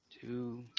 two